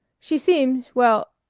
she seemed well,